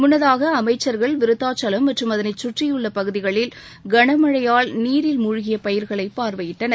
முன்னதாக அமைச்சர்கள் விருத்தாச்சலம் மற்றும் அதனைச் சுற்றியுள்ள பகுதிகளில் கனமழையால் நீரில் முழ்கிய பயிர்களை பார்வையிட்டனர்